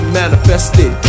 manifested